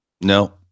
No